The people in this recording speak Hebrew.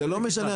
זה לא משנה.